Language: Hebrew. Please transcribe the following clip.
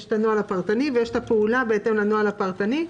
יש את הנוהל הפרטני ויש את הפעולה בהתאם לנוהל הפרטני.